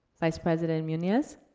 vice-president munoz?